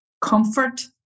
comfort